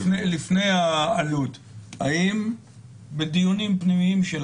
לפני זה חזי מרקוביץ, גם הוא משב"ס.